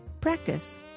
Practice